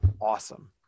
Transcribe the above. awesome